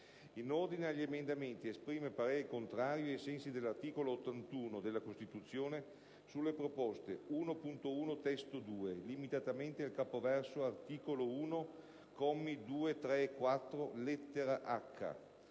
In ordine agli emendamenti esprime parere contrario ai sensi dell'articolo 81 della Costituzione sulle proposte 1.1 (testo 2) (limitatamente al capoverso articolo 1, commi 2, 3 e 4, lettera